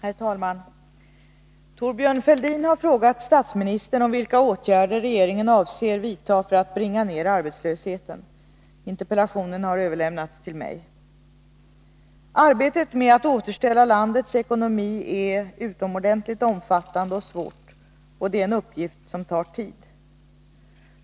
Herr talman! Thorbjörn Fälldin har frågat statsministern om vilka åtgärder regeringen avser vidta för att bringa ned arbetslösheten. Interpellationen har överlämnats till mig. Arbetet med att återställa landets ekonomi är utomordentligt omfattande och svårt, och det är en uppgift som tar tid.